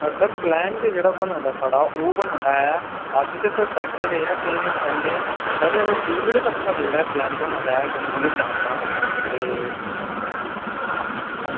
sir plan ते जेह्ड़ा बना दा साढ़ा ओह् बना दा ऐ अज्ज ते सर सैटर डे ऐ ते संडे सर ट्यूज़ डे तक साढ़ा जेह्ड़ा ऐ प्लैन बना दा ऐ कश्मीर जान दा ते हांजी